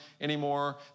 anymore